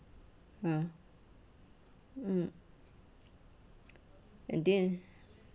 ah mm and then